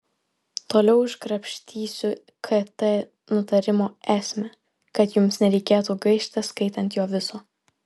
toliau iškrapštysiu kt nutarimo esmę kad jums nereikėtų gaišti skaitant jo viso